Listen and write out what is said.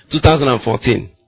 2014